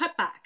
cutbacks